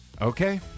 okay